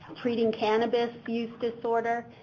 um treating cannabis use disorder,